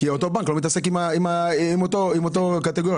כי אותו בנק לא מתעסק עם אותה קטגוריה.